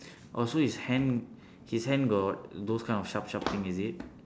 oh so his hand his hand got those kind of sharp sharp thing is it